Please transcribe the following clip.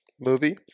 movie